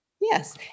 Yes